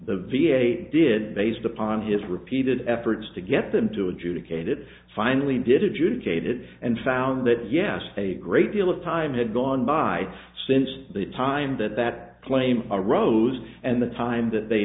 the v a did based upon his repeated efforts to get them to adjudicate it finally did adjudicated and found that yes a great deal of time had gone by since the time that that claim arose and the time that they